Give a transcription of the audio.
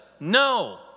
No